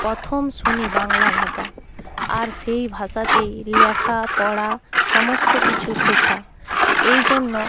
প্রথম শুনি বাংলা ভাষা আর সেই ভাষাতেই লেখা পড়া সমস্ত কিছু শেখা এই জন্য